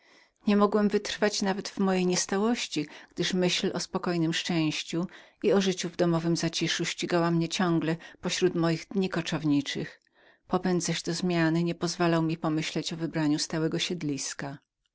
niemogłem nawet wytrwać w mojej niestałości gdyż myśl szczęścia spokojnego i życia odosobnionego ścigała mnie ciągle pośród dni moich koczowniczych popęd zaś do zmiany nie pozwalał mi pomyśleć o wybraniu stałego siedliska